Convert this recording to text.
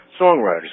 songwriters